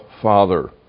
Father